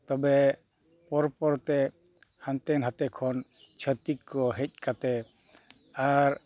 ᱛᱚᱵᱮ ᱯᱚᱨ ᱯᱚᱛᱮ ᱦᱟᱱᱛᱮᱼᱱᱷᱟᱛᱮ ᱠᱷᱚᱱ ᱪᱷᱟᱹᱛᱤᱠ ᱠᱚ ᱦᱮᱡ ᱠᱟᱛᱮᱫ ᱟᱨ